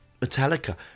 metallica